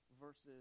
versus